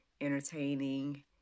entertaining